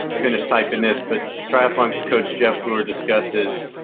finish typing this but triathlon coach jeff booher discusses.